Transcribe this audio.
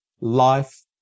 life